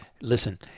listen